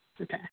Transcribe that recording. Okay